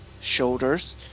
shoulders